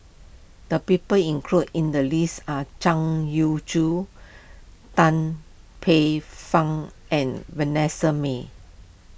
the people included in the list are Zhang Youshuo Tan Paey Fern and Vanessa Mae